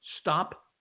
Stop